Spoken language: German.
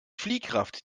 fliehkraft